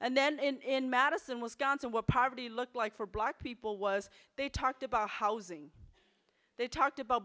and then in madison wisconsin what poverty looked like for black people was they talked about housing they talked about